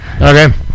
okay